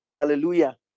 Hallelujah